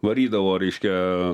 varydavo reiškia